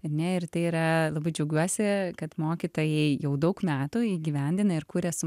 ane ir tai yra labai džiaugiuosi kad mokytojai jau daug metų įgyvendina ir kuria su